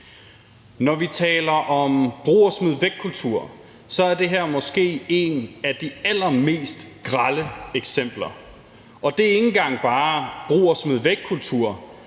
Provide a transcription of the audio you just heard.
Når vi taler om brug og smid væk-kultur, er det her måske et af de allermest grelle eksempler. Og det er ikke engang brug og smid væk-kultur,